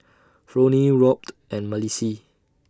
Fronie Robt and Malissie